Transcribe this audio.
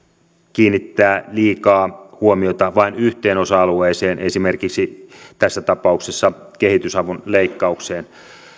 kiinnittää liikaa huomiota vain yhteen osa alueeseen esimerkiksi tässä tapauksessa kehitysavun leikkaukseen